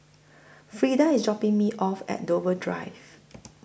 Freeda IS dropping Me off At Dover Drive